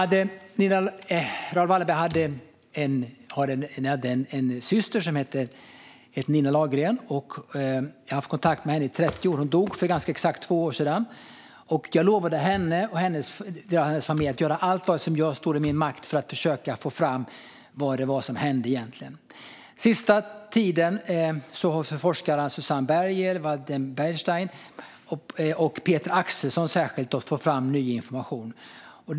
Raoul Wallenberg hade en syster som hette Nina Lagergren. Jag har haft kontakt med henne i 30 år. Hon dog för ganska exakt två år sedan. Jag lovade henne och hennes familj att göra allt vad som står i min makt för att försöka få fram vad det var som hände egentligen. Den senaste tiden har forskarna Susanne Berger, Vadim Birstein och särskilt Peter Axelsson fått fram ny information.